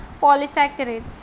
polysaccharides